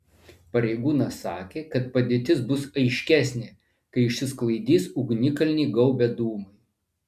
pareigūnas sakė kad padėtis bus aiškesnė kai išsisklaidys ugnikalnį apgaubę dūmai